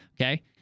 Okay